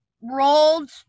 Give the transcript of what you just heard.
rolled